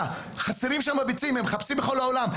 חסרים שם ביצים, הם מחפשים בכל העולם.